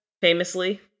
famously